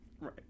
Right